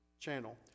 Channel